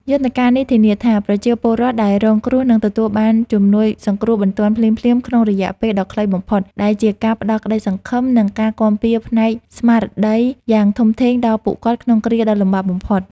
យន្តការនេះធានាថា ប្រជាពលរដ្ឋដែលរងគ្រោះនឹងទទួលបានជំនួយសង្គ្រោះបន្ទាន់ភ្លាមៗក្នុងរយៈពេលដ៏ខ្លីបំផុត ដែលជាការផ្តល់ក្តីសង្ឃឹម និងការគាំពារផ្នែកស្មារតីយ៉ាងធំធេងដល់ពួកគាត់ក្នុងគ្រាដ៏លំបាកបំផុត។